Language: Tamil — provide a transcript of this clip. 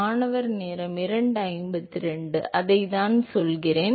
மாணவர் அதைத்தான் சொல்கிறேன்